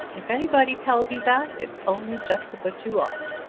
if anybody tells you that it's only just to put you off.